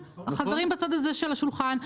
החברים בצד הזה של השולחן.